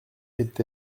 est